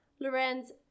Lorenz